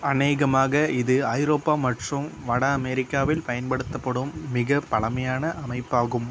அநேகமாக இது ஐரோப்பா மற்றும் வட அமெரிக்காவில் பயன்படுத்தப்படும் மிகப் பழமையான அமைப்பாகும்